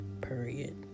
Period